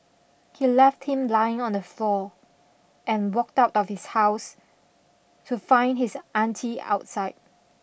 he left him lying on the floor and walked out of his house to find his aunty outside